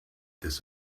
this